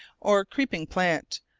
or creeping-plant,